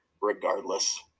regardless